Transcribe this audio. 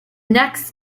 next